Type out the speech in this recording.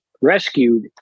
rescued